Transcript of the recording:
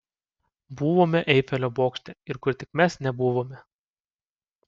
buvome eifelio bokšte ir kur tik mes nebuvome